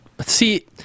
see